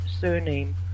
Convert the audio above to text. surname